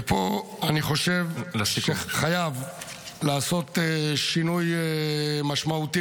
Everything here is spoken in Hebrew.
ופה אני חושב שחייב לעשות שינוי משמעותי